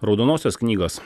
raudonosios knygos